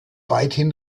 weithin